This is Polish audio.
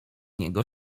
niego